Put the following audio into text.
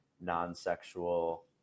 non-sexual